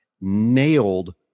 nailed